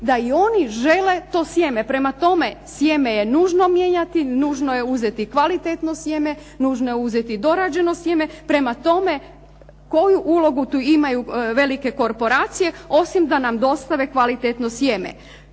da i oni žele to sjeme. Prema tome sjeme je nužno mijenjati, nužno je uzeti kvalitetno sjeme, nužno je uzeti dorađeno sjeme. Prema tome, koju ulogu tu imaju velike korporacije osim da nam dostave kvalitetno sjeme?